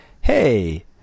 Hey